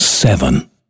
Seven